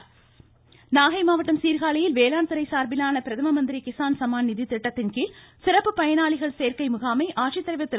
இருவரி நாகை மாவட்டம் சீர்காழியில் வேளாண்துறை சார்பிலான பிரதம மந்திரி கிசான் சம்மான் நிதி திட்டத்தின்கீழ் சிறப்பு பயனாளிகள் சேர்க்கை முகாமை ஆட்சித்தலைவர் திரு